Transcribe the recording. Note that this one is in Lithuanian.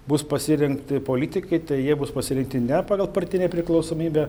bus pasirinkti politikai tai jie bus pasirinkti ne pagal partinę priklausomybę